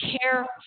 care